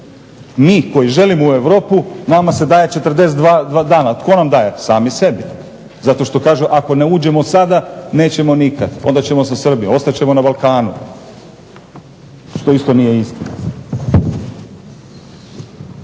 Mi koji želimo u Europu nama se daje 42 dana. A tko nam daje? Sami sebi. Zato što kažu ako ne uđemo sada, nećemo nikada, onda ćemo sa Srbima, ostat ćemo na Balkanu, što isto nije istina.